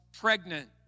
pregnant